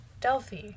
Delphi